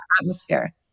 Atmosphere